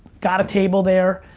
got a table there,